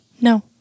No